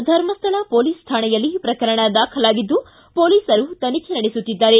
Dharmasthala police ಠಾಣೆಯಲ್ಲಿ ಪ್ರಕರಣ ದಾಖಲಾಗಿದ್ದು ಪೊಲೀಸರು ತನಿಖೆ ನಡೆಸುತ್ತಿದ್ದಾರೆ